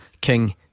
King